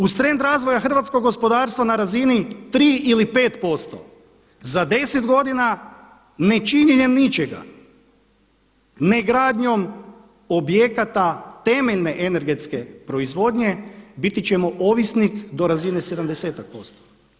Uz trend razvoja hrvatskog gospodarstva na razini 3 ili 5% za deset godina nečinjenja ničega, ne gradnjom objekata temeljene energetske proizvodnje biti ćemo ovisnik do razine sedamdesetak posto.